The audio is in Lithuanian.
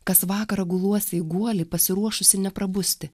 kas vakarą guluosi į guolį pasiruošusi neprabusti